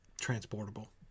transportable